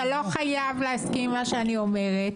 אתה לא חייב להסכים עם מה שאני אומרת,